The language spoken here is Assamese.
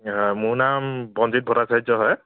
মোৰ নাম বনজিৎ ভট্টাচাৰ্য হয়